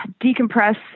decompress